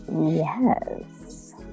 yes